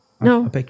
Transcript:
No